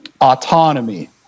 autonomy